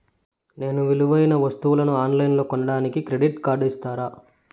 నేను విలువైన వస్తువులను ఆన్ లైన్లో కొనడానికి క్రెడిట్ కార్డు ఇస్తారా?